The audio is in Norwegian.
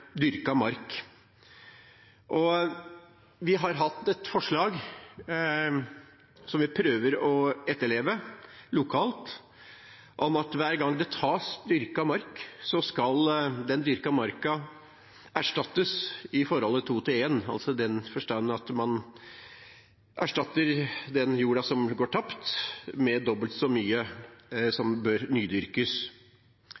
dyrket mark. Vi har hatt et forslag, som vi prøver å etterleve lokalt, om at hver gang det tas dyrket mark, skal den dyrkede marka erstattes i forholdet 2:1, i den forstand at man erstatter den jorda som går tapt, med dobbelt så mye